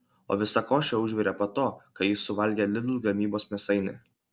o visa košė užvirė po to kai jis suvalgė lidl gamybos mėsainį